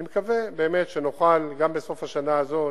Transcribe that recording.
אני מקווה באמת שנוכל, גם בסוף השנה הזאת,